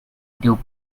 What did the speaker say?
dew